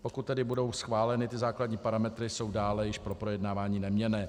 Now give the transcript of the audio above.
Pokud budou tedy schváleny základní parametry, jsou dále již pro projednávání neměnné.